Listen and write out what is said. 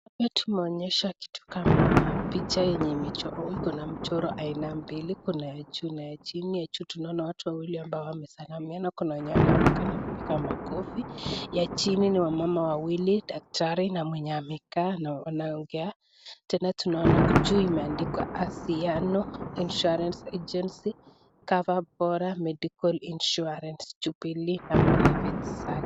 Tumeonyeshwa kitu kama picha yenye imechorwa ikona mchoro aina mbili kuna ya juu na ya chini ya juu tunaona watu wawili ambao wamesalimiana kuna wenye wanaonekana kupiga makofi, ya chini ni wamama wawili daktari na mwenye amekaa wanaongea tena tunaona juu imeandikwa Anziano Insurance Agency, coverbora medical insurance Jubilee na benefits zake.